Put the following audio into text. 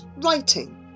writing